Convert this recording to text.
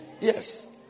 Yes